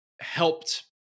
helped